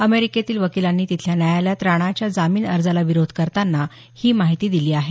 अमेरिकेतील वकिलांनी तिथल्या न्यायालयात राणाच्या जामीन अर्जाला विरोध करताना ही माहिती दिली आहे